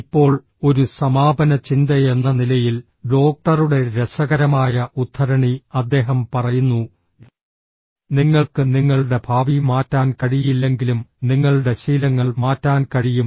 ഇപ്പോൾ ഒരു സമാപന ചിന്തയെന്ന നിലയിൽ ഡോക്ടറുടെ രസകരമായ ഉദ്ധരണി അദ്ദേഹം പറയുന്നു നിങ്ങൾക്ക് നിങ്ങളുടെ ഭാവി മാറ്റാൻ കഴിയില്ലെങ്കിലും നിങ്ങളുടെ ശീലങ്ങൾ മാറ്റാൻ കഴിയും